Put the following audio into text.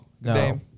No